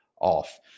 off